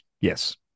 yes